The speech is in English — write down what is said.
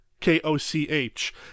K-O-C-H